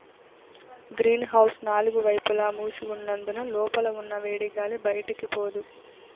green house నాలుగు వైపులా మూసి ఉన్నందున లోపల ఉన్న వేడిగాలి బయటికి పోదు